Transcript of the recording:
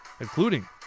including